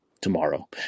tomorrow